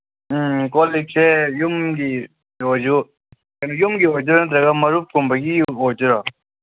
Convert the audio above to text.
ꯎꯝ ꯀꯣꯜ ꯂꯤꯛꯁꯦ ꯌꯨꯝꯒꯤ ꯑꯣꯏꯔꯁꯨ ꯌꯨꯝꯒꯤ ꯑꯣꯏꯗꯣꯏꯔ ꯅꯠꯇ꯭ꯔꯒ ꯃꯔꯨꯞꯀꯨꯝꯕꯒꯤ ꯑꯣꯏꯗꯣꯏꯔꯥ